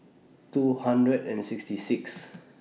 two hundred and sixty six